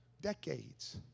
decades